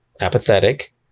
apathetic